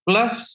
Plus